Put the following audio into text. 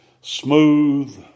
smooth